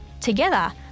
Together